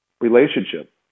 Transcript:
relationship